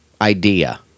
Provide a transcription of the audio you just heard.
idea